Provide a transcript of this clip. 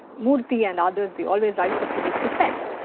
murthy and others they always rise up to his defence,